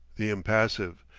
the impassive,